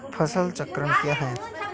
फसल चक्रण क्या है?